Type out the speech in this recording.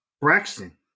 Braxton